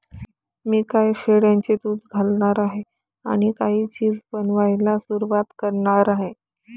मी काही शेळ्यांचे दूध घालणार आहे आणि काही चीज बनवायला सुरुवात करणार आहे